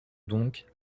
donc